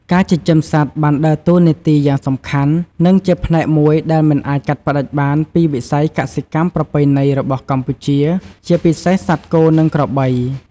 ការចិញ្ចឹមសត្វបានដើរតួនាទីយ៉ាងសំខាន់ និងជាផ្នែកមួយដែលមិនអាចកាត់ផ្ដាច់បានពីវិស័យកសិកម្មប្រពៃណីរបស់កម្ពុជា ជាពិសេសសត្វគោ និងក្របី។